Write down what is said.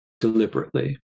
deliberately